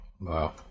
Wow